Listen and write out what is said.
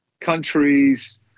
countries